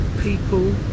people